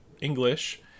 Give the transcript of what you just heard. English